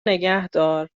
نگهدار